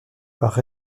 par